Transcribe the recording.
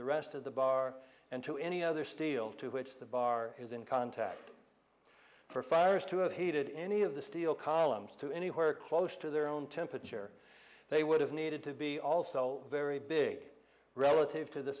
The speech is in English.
the rest of the bar and to any other steel to which the bar is in contact for fires to have heated any of the steel columns to anywhere close to their own temperature they would have needed to be also very big relative to the